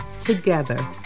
together